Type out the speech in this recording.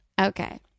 okay